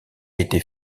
été